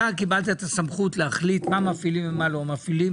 אתה קיבלת את הסמכות מה כן מפעילים ומה לא מפעילים,